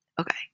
Okay